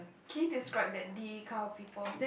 can you describe that D kind of people